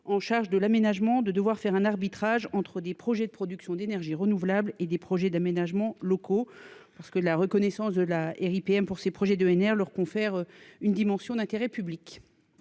en charge de l'aménagement de devoir faire un arbitrage entre des projets, de production d'énergies renouvelables et des projets d'aménagements locaux parce que la reconnaissance de la. Pour ses projets de ENR leur confère une dimension d'intérêt public.